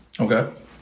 Okay